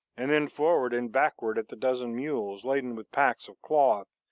and then forward and backward at the dozen mules, laden with packs of cloth,